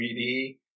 3D